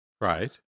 Right